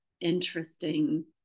interesting